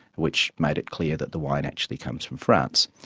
which made it clear that the wine actually comes from france,